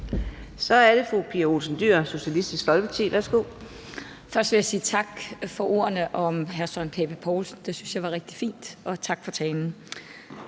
Så er det fru Pia Olsen Dyhr, Socialistisk Folkeparti. Værsgo. Kl. 10:54 Pia Olsen Dyhr (SF): Først vil jeg sige tak for ordene om hr. Søren Pape Poulsen, det synes jeg var rigtig fint, og tak for talen.